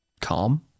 calm